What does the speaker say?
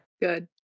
Good